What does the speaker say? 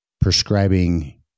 prescribing